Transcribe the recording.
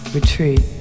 Retreat